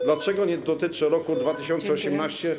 Dlaczego nie dotyczy roku 2018.